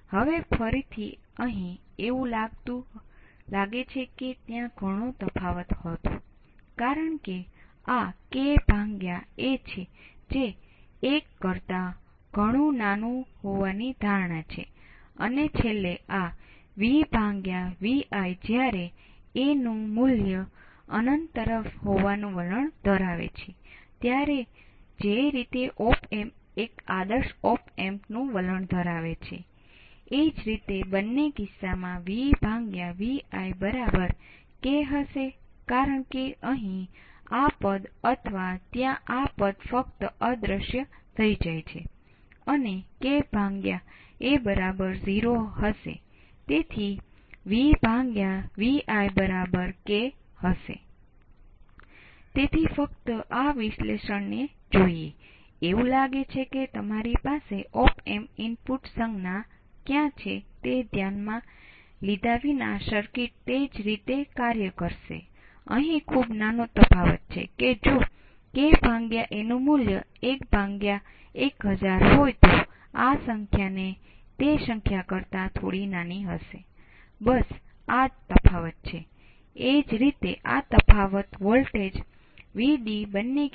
હવે તમે થોડો અનુભવ મેળવ્યા પછી તમારે આનું સ્પષ્ટ મૂલ્યાંકન કરવાની જરૂર નથી કારણ કે તમે જાણો છો કે સંજ્ઞાઓ પહેલેથી જ નેગેટિવ માટેની સંજ્ઞાઓ નક્કી થઈ ગયા પછી આપણે OPA2 માટેની